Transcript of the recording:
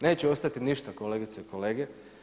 Neće ostati ništa, kolegice i kolege.